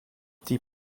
die